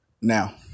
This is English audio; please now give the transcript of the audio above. Now